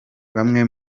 bamwe